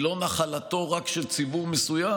והיא לא נחלתו רק של ציבור מסוים.